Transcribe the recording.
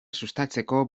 sustatzeko